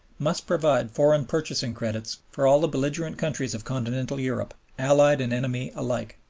must provide foreign purchasing credits for all the belligerent countries of continental europe, allied and ex-enemy alike.